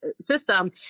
system